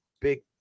big